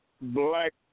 black